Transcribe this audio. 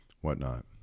whatnot